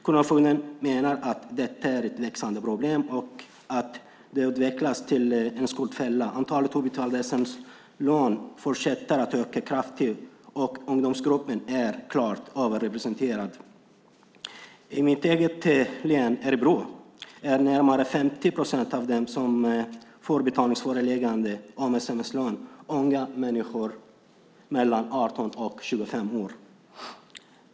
Kronofogden menar att det är ett växande problem och att det utvecklas till en skuldfälla. Antalet obetalda sms-lån fortsätter att öka kraftigt och ungdomsgruppen är klart överrepresenterad. I mitt hemlän Örebro är närmare 50 procent av dem som får betalningsförelägganden på grund av sms-lån unga människor mellan 18 och 25 år.